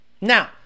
Now